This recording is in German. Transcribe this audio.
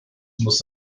muss